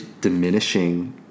diminishing